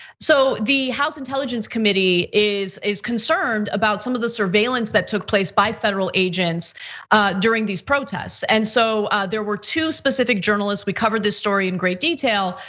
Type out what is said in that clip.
so, the house intelligence committee is is concerned about some of the surveillance that took place by federal agents during these protests. and so, there were two specific journalists, we covered this story in great detail.